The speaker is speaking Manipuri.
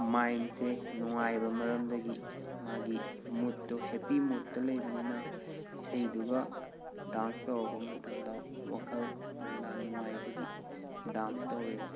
ꯃꯥꯏꯟꯁꯦ ꯅꯨꯡꯉꯥꯏꯕ ꯃꯔꯝꯗꯒꯤ ꯃꯥꯒꯤ ꯃꯨꯠꯇꯣ ꯍꯦꯄꯤ ꯃꯨꯠꯇ ꯂꯩꯕꯅꯤꯅ ꯏꯁꯩꯗꯨꯒ ꯗꯥꯟꯁ ꯇꯧꯔꯛꯄ ꯃꯇꯝꯗ ꯋꯥꯈꯜ ꯃꯣꯟꯗꯥ ꯅꯨꯡꯉꯥꯏꯕꯒꯤ ꯗꯥꯟꯁ ꯇꯧꯔꯤꯅꯤ